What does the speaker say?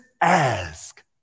ask